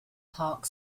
park